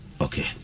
Okay